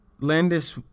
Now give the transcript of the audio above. Landis